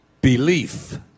belief